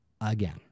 again